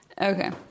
Okay